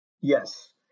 Yes